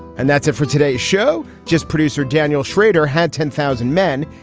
and that's it for today's show. just producer daniel schrader had ten thousand men.